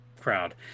crowd